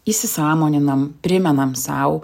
įsisąmoninam primenam sau